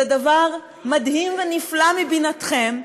זה דבר מדהים ונפלא מבחינתכם.